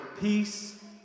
peace